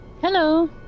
Hello